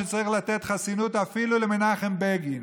שצריך לתת חסינות אפילו למנחם בגין.